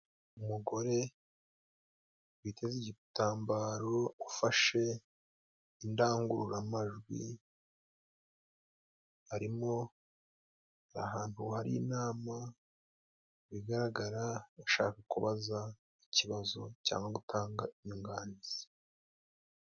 Umugore witeze igitambaro ufashe indangururamajwi, harimo ahantu hari inama bigaragara, yashaka kubaza ikibazo cyangwa gutanga inyunganizi.